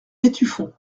étueffont